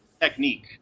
technique